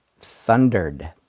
Thundered